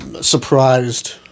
surprised